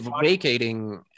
vacating